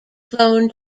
flown